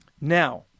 Now